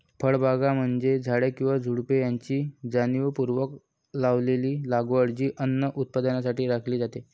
फळबागा म्हणजे झाडे किंवा झुडुपे यांची जाणीवपूर्वक लावलेली लागवड जी अन्न उत्पादनासाठी राखली जाते